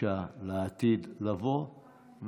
קשה לעתיד לבוא,